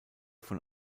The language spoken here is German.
von